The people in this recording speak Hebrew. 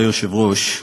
כבוד היושב-ראש,